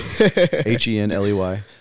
H-E-N-L-E-Y